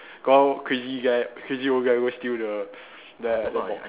got one crazy guy crazy old guy go steal the that the box